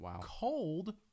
cold